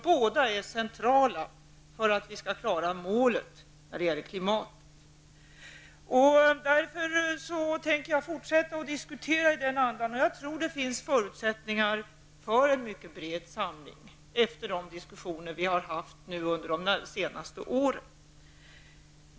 Båda dessa områden är centrala för möjligheterna att klara målen i fråga om klimatförbättringar. Jag kommer därför att fortsätta att diskutera i den andan. Jag tror också att det finns förutsättningar för en mycket bred politisk samling efter de diskussioner som vi har fört de senaste åren.